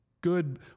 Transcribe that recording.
good